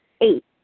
Eight